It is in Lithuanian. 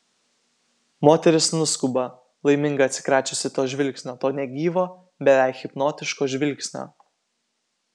moteris nuskuba laiminga atsikračiusi to žvilgsnio to negyvo beveik hipnotiško žvilgsnio